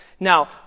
Now